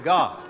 God